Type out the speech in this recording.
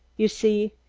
you see,